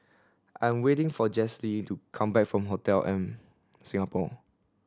I'm waiting for Jessye to come back from Hotel M Singapore